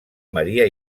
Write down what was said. maria